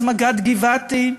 אז מג"ד גבעתי,